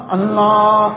Allah